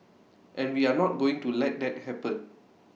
and we are not going to let that happen